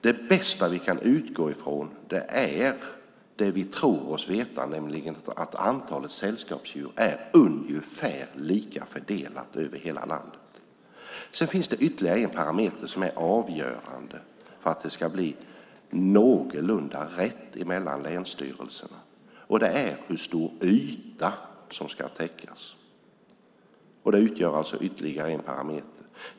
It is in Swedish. Det bästa vi kan utgå från är det vi tror oss veta, nämligen att antalet sällskapsdjur är ungefär lika fördelat över hela landet. Sedan finns det ytterligare en parameter som är avgörande för att det ska bli någorlunda rättvist mellan länsstyrelserna, och det är hur stor yta som ska täckas. Det utgör alltså ytterligare en parameter.